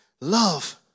love